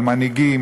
על מנהיגים,